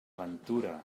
ventura